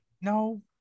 no